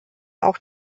auch